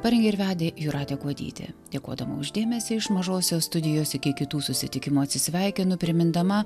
parengė ir vedė jūratė kuodytė dėkodama už dėmesį iš mažosios studijos iki kitų susitikimų atsisveikinu primindama